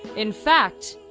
in fact,